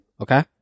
okay